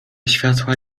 światła